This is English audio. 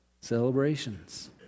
celebrations